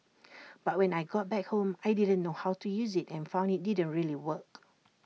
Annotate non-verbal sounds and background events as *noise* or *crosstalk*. *noise* but when I got back home I didn't know how to use IT and found IT didn't really work